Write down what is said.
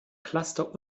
cluster